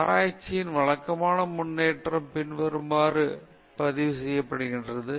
ஆராய்ச்சியின் வழக்கமான முன்னேற்றம் பின்வருமாறு பதிவு செய்யப்படுகிறது